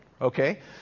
okay